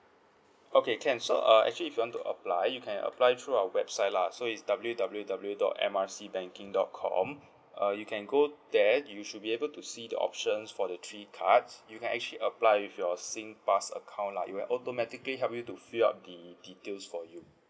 okay can so uh actually if you want to apply you can apply through our website lah so it's W_W_W dot M R C banking dot com uh you can go there you should be able to see the options for the three cards you can actually apply with your singpass account lah it'll automatically help you to fill up the details for you